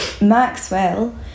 Maxwell